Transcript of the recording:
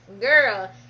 Girl